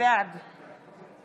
בעד